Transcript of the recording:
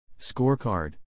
Scorecard